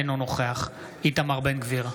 אינו נוכח איתמר בן גביר,